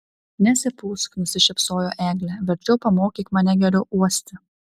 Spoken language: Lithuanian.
nesipūsk nusišypsojo eglė verčiau pamokyk mane geriau uosti